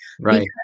Right